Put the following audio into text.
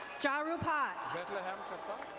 jaru pat. bethlehem kasa.